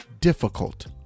difficult